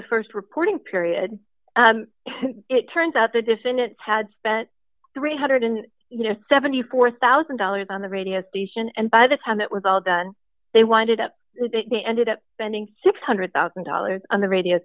the st reporting period it turns out the defendants had spent three hundred and seventy four thousand dollars on the radio station and by the time it was all done they wanted up they ended up spending six hundred thousand dollars on the radio